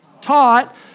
Taught